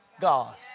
God